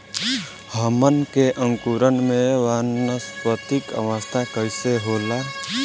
हमन के अंकुरण में वानस्पतिक अवस्था कइसे होला?